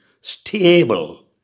stable